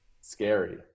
scary